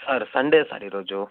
sir Sunday sir ఈ రోజు